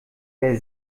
der